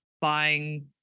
buying